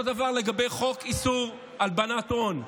אותו דבר לגבי חוק איסור הלבנת הון,